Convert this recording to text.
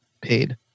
paid